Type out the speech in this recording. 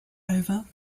over